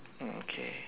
mm okay